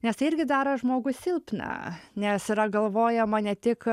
nes tai irgi daro žmogų silpną nes yra galvojama ne tik